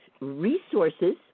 resources